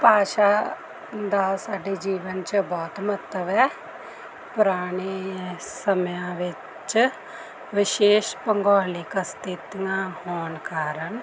ਭਾਸ਼ਾ ਦਾ ਸਾਡੇ ਜੀਵਨ 'ਚ ਬਹੁਤ ਮਹੱਤਵ ਹੈ ਪੁਰਾਣੇ ਸਮਿਆਂ ਵਿੱਚ ਵਿਸ਼ੇਸ਼ ਭੂਗੋਲਿਕ ਸਥਿਤੀਆਂ ਹੋਣ ਕਾਰਨ